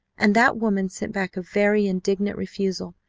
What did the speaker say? and that woman sent back a very indignant refusal,